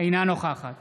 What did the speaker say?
אינה נוכחת